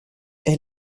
est